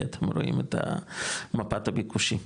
כי אתם רואים את מפת הביקושים.